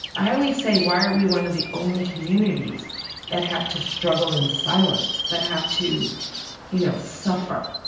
i always say, why are we one of the only communities that have to struggle in silence, that have to you know suffer